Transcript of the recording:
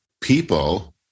people